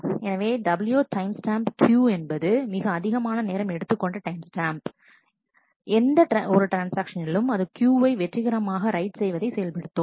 எனவே w time stamp Q என்பது மிக அதிகமான நேரம் எடுத்துக்கொண்ட டைம் ஸ்டாம்ப் ஆகும் எந்த ஒரு ட்ரான்ஸ்ஆக்ஷனிலும் அது Q வை வெற்றிகரமாக ரைட் செய்வதை செயல்படுத்தும்